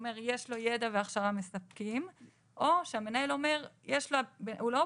שיאפשר לפרמדיק לבצע פעולות מסוימות בבית החולה שכרגע אנו לא יודעים